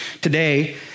Today